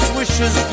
wishes